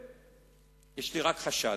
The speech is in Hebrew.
יש לי רק חשד,